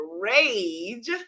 rage